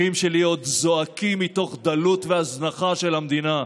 אחים שלי עוד זועקים מתוך דלות והזנחה של המדינה.